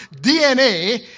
DNA